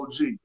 OG